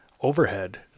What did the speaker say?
overhead